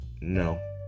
No